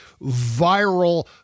viral